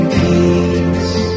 peace